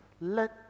Let